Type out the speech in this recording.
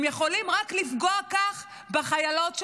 אז הם יכולים לפגוע רק כך בחיילות שלנו.